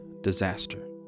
disaster